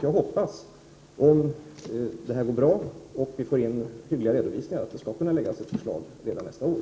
Jag hoppas att vi, om detta går bra och om vi får in hyggliga redovisningar, skall kunna lägga fram ett förslag redan nästa år.